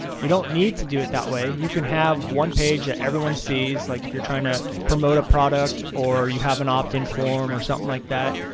you don't need to do it that way. you can have one page that everyone sees, like if you're trying to promote a product or you have an opt in-form, or something like that.